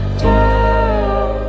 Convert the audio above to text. down